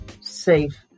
safe